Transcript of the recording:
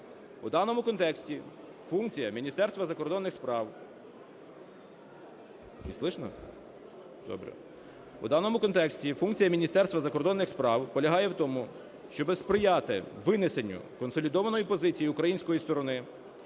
У даному контексті функція Міністерства закордонних справ полягає в тому, щоб сприяти винесенню консолідованої позиції української сторони